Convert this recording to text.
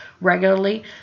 regularly